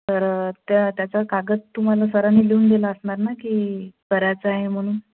तर त्या त्याचा कागद तुम्हाला सरांनी लिहून दिला असणार ना की करायचं आहे म्हणून